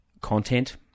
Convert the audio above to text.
content